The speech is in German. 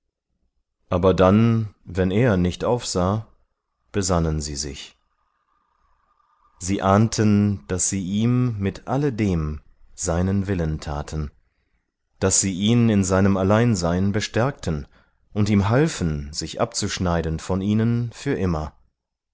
aber dann wenn er nicht aufsah besannen sie sich sie ahnten daß sie ihm mit alledem seinen willen taten daß sie ihn in seinem alleinsein bestärkten und ihm halfen sich abzuscheiden von ihnen für immer